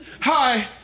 Hi